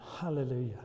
Hallelujah